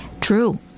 True